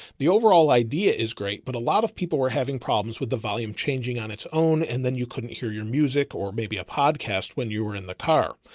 the overall idea is great, but a lot of people were having problems with the volume changing on its own. and then you couldn't hear your music or maybe a podcast when you were in the car,